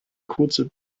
kurze